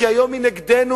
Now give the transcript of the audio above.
כי היום היא נגדנו,